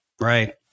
right